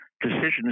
Decisions